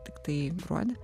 tiktai gruodį